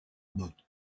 motte